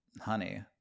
honey